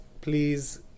please